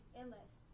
endless